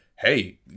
hey